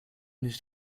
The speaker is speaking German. nicht